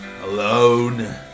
alone